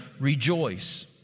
rejoice